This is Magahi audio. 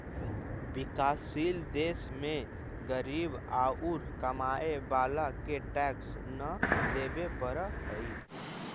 विकासशील देश में गरीब औउर कमाए वाला के टैक्स न देवे पडऽ हई